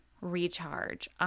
recharge